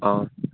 ꯑꯥ